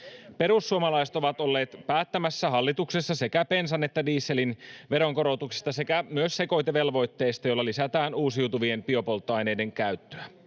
Perussuomalaiset ovat olleet päättämässä hallituksessa sekä bensan että dieselin veronkorotuksista sekä myös sekoitevelvoitteesta, jolla lisätään uusiutuvien biopolttoaineiden käyttöä.